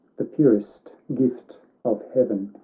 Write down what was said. the purest gift of heaven.